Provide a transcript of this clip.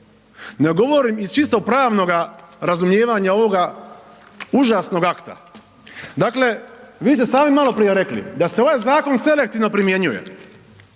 nego govorim iz čisto pravnoga razumijevanja ovoga užasnog akta. Dakle, vi ste sami maloprije rekli da se ovaj zakon selektivno primjenjuje.